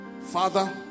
Father